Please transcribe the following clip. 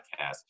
podcast